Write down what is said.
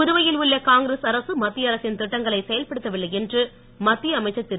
புதுவையில் உள்ள காங்கிரஸ் அரசு மத்திய அரசின் திட்டங்களை செயல்படுத்தவில்லை என்று மத்திய அமைச்சர் திரு